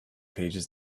pages